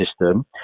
system